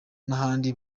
n’ahandi